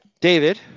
David